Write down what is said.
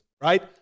right